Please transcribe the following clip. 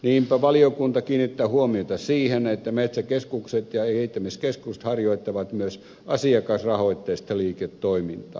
niinpä valiokunta kiinnittää huomiota siihen että metsäkeskukset ja kehittämiskeskus harjoittavat myös asiakasrahoitteista liiketoimintaa